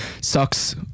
sucks